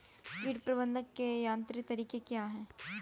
कीट प्रबंधक के यांत्रिक तरीके क्या हैं?